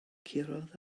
curodd